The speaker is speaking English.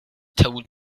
told